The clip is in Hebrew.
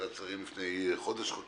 בוועדת שרים לפני חודש-חודשיים.